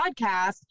podcast